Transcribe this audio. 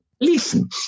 Listen